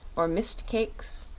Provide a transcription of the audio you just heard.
or mist-cakes,